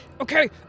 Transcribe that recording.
okay